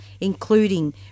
including